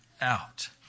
out